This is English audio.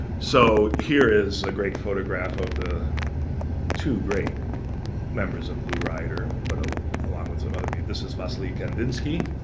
so here is a great photograph of the two great members of blue rider, but along along with some other people. this is wassily kandinsky,